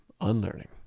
unlearning